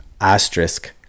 asterisk